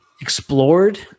explored